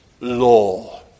law